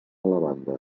lavanda